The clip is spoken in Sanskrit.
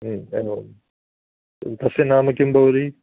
एवं तस्य नाम किं भवति